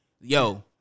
yo